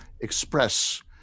express